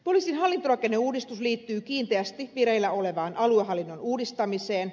poliisin hallintorakenneuudistus liittyy kiinteästi vireillä olevaan aluehallinnon uudistamiseen